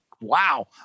wow